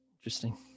interesting